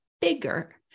bigger